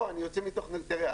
תראה,